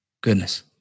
Goodness